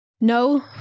no